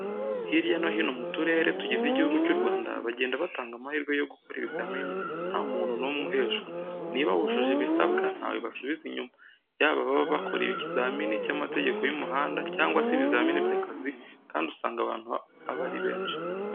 Hirya no hino mu turere tugize Igihugu cy'u Rwanda bagenda batanga amahirwe yo gukora ibizamini nta muntu n'umwe uhejwe. Niba wujuje ibisabwa ntawe basubiza inyuma. Yaba ababa bakora ikizamini cy'amategeko y'umuhanda cyangwa se ibizamini by'akazi kandi usanga abantu aba ari benshi.